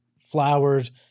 flowers